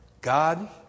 God